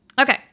Okay